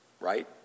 Right